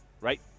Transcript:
right